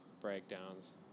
breakdowns